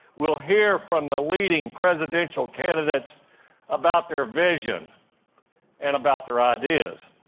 we'll hear from the leading presidential candidates about their vision and about their ideas.